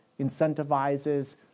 incentivizes